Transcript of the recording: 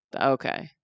Okay